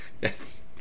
Yes